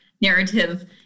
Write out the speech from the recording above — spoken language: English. narrative